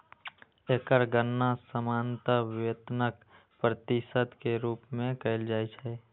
एकर गणना सामान्यतः वेतनक प्रतिशत के रूप मे कैल जाइ छै